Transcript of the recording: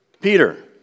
Peter